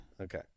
Okay